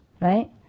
right